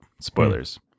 spoilers